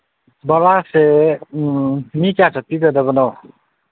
ꯚꯔꯥꯁꯦ ꯃꯤ ꯀꯌꯥ ꯆꯠꯄꯤꯒꯗꯕꯅꯣ